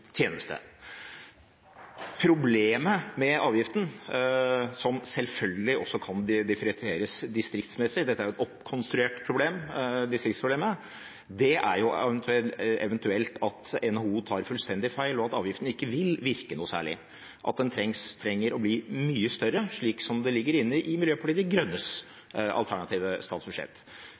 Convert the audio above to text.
tjeneste. Problemet med avgiften – som selvfølgelig også kan differensieres distriktsmessig, distriktsproblemet er et oppkonstruert problem – er eventuelt at NHO tar fullstendig feil, at avgiften ikke vil virke noe særlig, og at den trenger å bli mye større, slik som det ligger inne i Miljøpartiet De Grønnes alternative statsbudsjett.